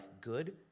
good